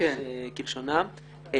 ממש כלשונם.